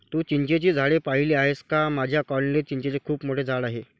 तू चिंचेची झाडे पाहिली आहेस का माझ्या कॉलनीत चिंचेचे खूप मोठे झाड आहे